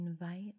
Invite